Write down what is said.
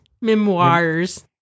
memoirs